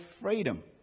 freedom